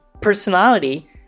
personality